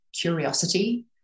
curiosity